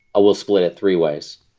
i will split it three ways.